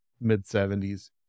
mid-70s